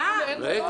אז מה אם הוא אמר?